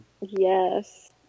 Yes